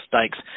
stakes